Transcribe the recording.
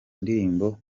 ndirimbo